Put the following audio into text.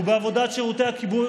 רבותיי,